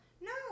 no